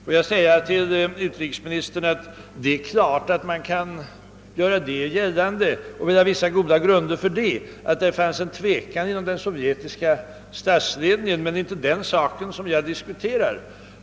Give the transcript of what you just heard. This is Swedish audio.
Jag vill säga till utrikesministern att det är klart att man kan göra gällande och söka belägga detta, att det fanns en tvekan inom den sovjetiska statsledningen för invasio nen. Men det är inte den saken som jag diskuterar.